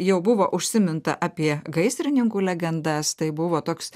jau buvo užsiminta apie gaisrininkų legendas tai buvo toks